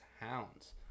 hounds